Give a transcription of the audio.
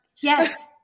Yes